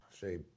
Say